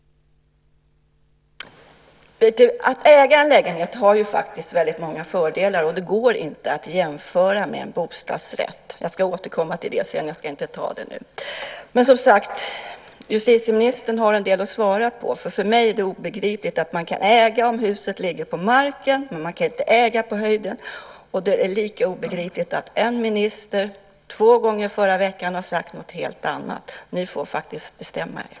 Att äga en lägenhet har faktiskt väldigt många fördelar, och det går inte att jämföra med bostadsrätt. Jag ska återkomma till det sedan. Jag ska inte ta upp det nu. Men justitieministern har som sagt en del att svara på. För mig är det obegripligt att man kan äga om huset ligger på marken, men man kan inte äga på höjden. Och det är lika obegripligt att en minister två gånger förra veckan har sagt något helt annat. Ni får faktiskt bestämma er.